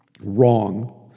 wrong